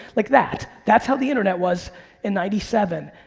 like that. that's how the internet was in ninety seven.